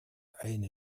eine